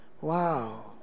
Wow